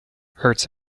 hurts